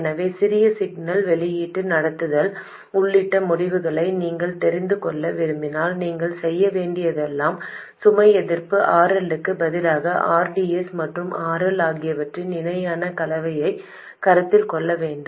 எனவே சிறிய சிக்னல் வெளியீட்டு நடத்துதல் உள்ளிட்ட முடிவுகளை நீங்கள் தெரிந்து கொள்ள விரும்பினால் நீங்கள் செய்ய வேண்டியதெல்லாம் சுமை எதிர்ப்பு RL க்கு பதிலாக rds மற்றும் RL ஆகியவற்றின் இணையான கலவையைக் கருத்தில் கொள்ள வேண்டும்